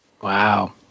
Wow